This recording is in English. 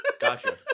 Gotcha